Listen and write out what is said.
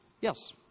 Yes